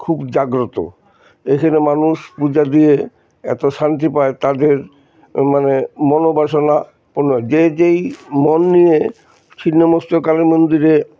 খুব জাগ্রত এখানে মানুষ পূজা দিয়ে এত শান্তি পায় তাদের মানে মনোবাসনা পূণ যে যেই মন নিয়ে ছিন্নমস্তা কালী মন্দিরে